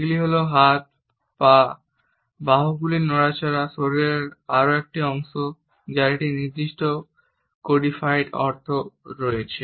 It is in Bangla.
এগুলি হল হাত পা বাহুগুলির নড়াচড়া শরীরের আরও একটি অংশ যার একটি নির্দিষ্ট এবং কোডিফাইড অর্থ রয়েছে